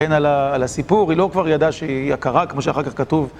כן, על הסיפור, היא לא כבר ידעה שהיא עקרה, כמו שאחר כך כתוב.